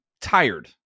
tired